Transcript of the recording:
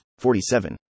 47